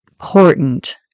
important